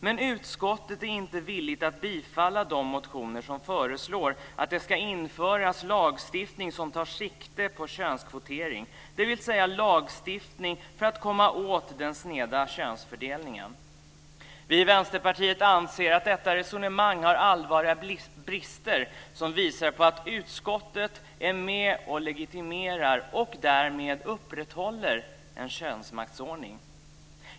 Men utskottet är inte villigt att tillstyrka de motioner där man föreslår att det ska införas en lagstiftning som tar sikte på könskvotering, dvs. en lagstiftning för att komma åt den sneda könsfördelningen. Vi i Vänsterpartiet anser att detta resonemang har allvarliga brister som visar på att utskottet är med och legitimerar, och därmed upprätthåller, en könsmaktsordning.